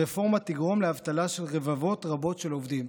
הרפורמה תגרום לאבטלה של רבבות רבות של עובדים,